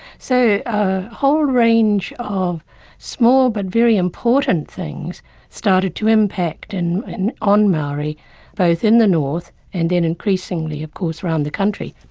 so a whole range of small but very important things started to impact and on maori both in the north and then increasingly of course around the country.